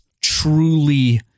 truly